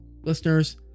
listeners